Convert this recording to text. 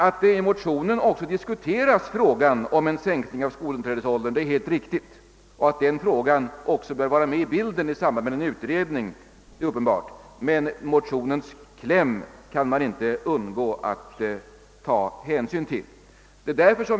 Att i motionen också diskuteras frågan om en sänkning av skolinträdesåldern är helt riktigt — att frågan bör vara med i bilden är uppenbart — men man kan ju fördenskull inte undgå att ta hänsyn till motionens kläm.